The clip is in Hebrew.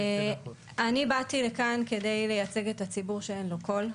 אני באתי לכאן כדי לייצג את הציבור שאין לו קול,